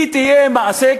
היא תהיה מעשה,